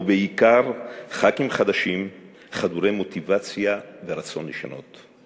ובעיקר חברי כנסת חדשים חדורי מוטיבציה ורצון לשנות.